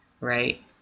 Right